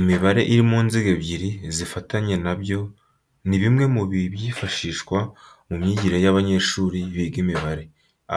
Imibare iri mu nziga ebyiri zifatanye na byo ni bimwe mu byifashishwa mu myigire y'abanyeshuri biga imibare.